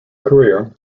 career